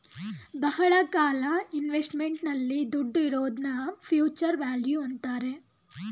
ಬಹಳ ಕಾಲ ಇನ್ವೆಸ್ಟ್ಮೆಂಟ್ ನಲ್ಲಿ ದುಡ್ಡು ಇರೋದ್ನ ಫ್ಯೂಚರ್ ವ್ಯಾಲ್ಯೂ ಅಂತಾರೆ